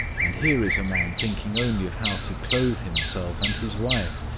and here is a man thinking only of how to clothe himself and his wife,